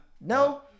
No